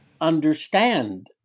understand